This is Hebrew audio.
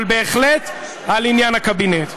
לא על האי-אמון, אבל בהחלט על עניין הקבינט.